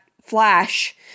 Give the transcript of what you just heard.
flash